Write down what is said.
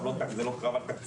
זה לא קרב על תקציבים,